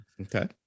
Okay